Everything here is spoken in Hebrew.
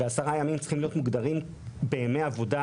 ו-10 ימים צריכים להיות מוגדרים כימי עבודה,